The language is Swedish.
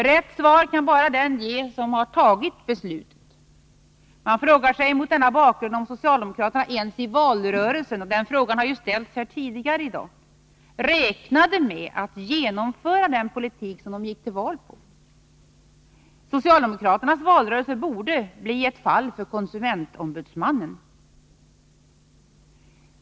Rätt svar kan bara den ge som tagit beslutet. Man frågar sig mot denna bakgrund om socialdemokraterna — ens i valrörelsen — räknade med att genomföra den politik de gick till val på. Det är en fråga som har ställts här tidigare i dag. Socialdemokraternas valrörelse borde bli ett fall för konsumentsombudsmannen.